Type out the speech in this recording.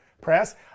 press